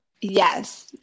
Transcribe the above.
yes